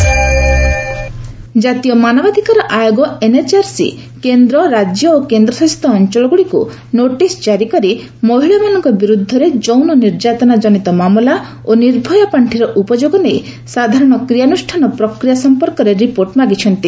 NHRC ଜାତୀୟ ମାନବାଧକାର ଆୟୋଗ ଏନ୍ଏଚ୍ଆର୍ସି କେନ୍ଦ୍ର ରାଜ୍ୟ ଓ କେନ୍ଦ୍ରଶାସିତ ଅଞ୍ଚଳଗୁଡ଼ିକୁ ନୋଟିସ୍ ଜାରି କରି ମହିଳାମାନଙ୍କ ବିରୁଦ୍ଧରେ ଯୌନ ନିର୍ଯ୍ୟାତନା କନିତ ମାମଲା ଓ ନିର୍ଭୟା ପାଞ୍ଚିର ଉପଯୋଗ ନେଇ ସାଧାରଣ କ୍ରିୟାନୁଷ୍ଠାନ ପ୍ରକ୍ରିୟା ସମ୍ପର୍କରେ ରିପୋର୍ଟ ମାଗିଛନ୍ତି